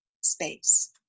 space